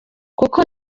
kuko